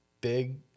big